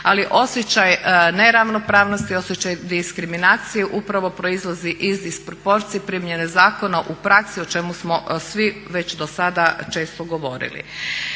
ali osjećaj neravnopravnosti, osjećaj diskriminacije upravo proizlazi iz disproporcije primjene zakona u praksi o čemu smo svi već dosada često govorili.